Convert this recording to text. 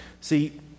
See